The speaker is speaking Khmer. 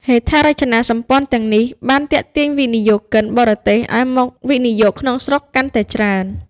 ហេដ្ឋារចនាសម្ព័ន្ធទាំងនេះបានទាក់ទាញវិនិយោគិនបរទេសឱ្យមកវិនិយោគក្នុងស្រុកកាន់តែច្រើន។